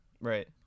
right